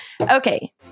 Okay